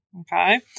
Okay